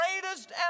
greatest